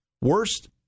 Worst